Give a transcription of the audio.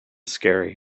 scary